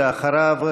ואחריו,